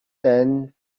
than